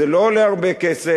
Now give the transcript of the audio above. זה לא עולה הרבה כסף.